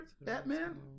Batman